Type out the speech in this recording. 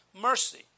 mercy